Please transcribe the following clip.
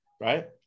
right